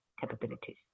capabilities